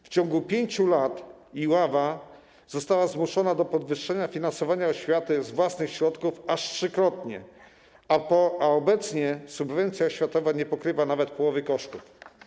W ciągu 5 lat Iława została zmuszona do podwyższenia finansowania oświaty z własnych środków aż trzykrotnie, a obecnie subwencja oświatowa nie pokrywa nawet połowy kosztów.